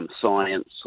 Science